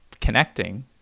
connecting